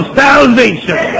salvation